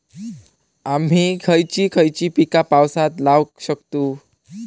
आम्ही खयची खयची पीका पावसात लावक शकतु?